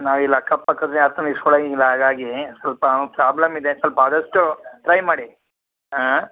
ನಾವು ಇಲ್ಲಿ ಅಕ್ಕಪಕ್ಕದ ಯಾರತ್ತಿರನು ಇಸ್ಕೊಳೊಂಗಿಲ್ಲ ಹಾಗಾಗೀ ಸ್ವಲ್ಪ ಪ್ರಾಬ್ಲಮ್ ಇದೆ ಸ್ವಲ್ಪ ಆದಷ್ಟು ಟ್ರೈ ಮಾಡಿ ಹಾಂ